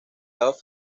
love